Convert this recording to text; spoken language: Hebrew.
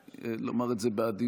איך לומר את זה בעדינות,